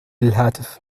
الهاتف